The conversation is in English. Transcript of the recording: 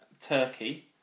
Turkey